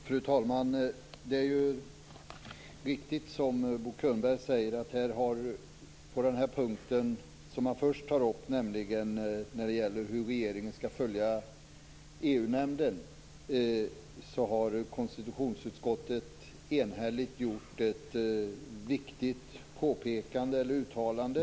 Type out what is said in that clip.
Fru talman! Det är riktigt som Bo Könberg säger; på den punkt som han först tar upp och som gäller hur regeringen skall följa EU-nämnden har konstitutionsutskottet enhälligt gjort ett viktigt påpekande eller uttalande.